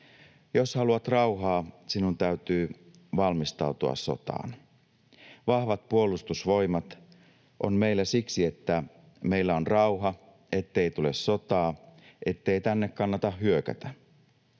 Jos haluat rauhaa, sinun täytyy valmistautua sotaan. Vahvat puolustusvoimat on meillä siksi, että meillä on rauha, ettei tule sotaa, ettei tänne kannata hyökätä.